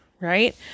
right